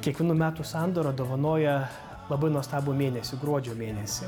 kiekvienų metų sandūra dovanoja labai nuostabų mėnesį gruodžio mėnesį